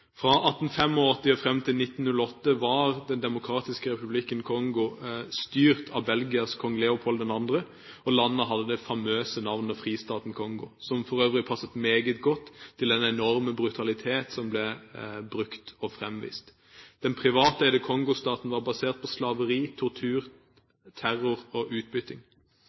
Fra 1885 og frem til 1908 var den demokratiske republikken Kongo styrt av Belgias kong Leopold II. Landet hadde da det famøse navnet Fristaten Kongo, som for øvrig passet meget godt til den enorme brutalitet som ble brukt og fremvist. Den privateide staten Kongo var basert på slaveri, tortur, terror og utbytting.